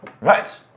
Right